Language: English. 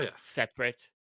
separate